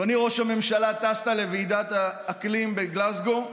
אדוני ראש הממשלה, טסת לוועידת האקלים בגלזגו,